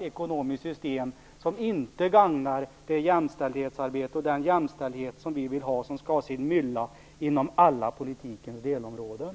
mansdominerat ekonomiskt system som inte gagnar det jämställdhetsarbete och den jämställdhet som vi vill ha och som skall ha sin mylla inom alla politikens delområden.